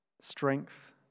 strength